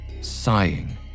sighing